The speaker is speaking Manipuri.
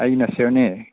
ꯑꯩ ꯅꯁꯤꯔꯅꯦ